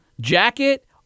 jacket